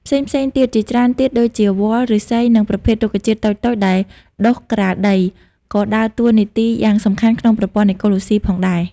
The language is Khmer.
ផ្សេងៗទៀតជាច្រើនទៀតដូចជា វល្លិ៍ ឫស្សី និងប្រភេទរុក្ខជាតិតូចៗដែលដុះក្រាលដី ក៏ដើរតួនាទីយ៉ាងសំខាន់ក្នុងប្រព័ន្ធអេកូឡូស៊ីផងដែរ។